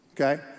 okay